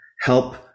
help